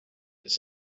its